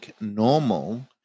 normal